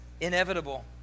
inevitable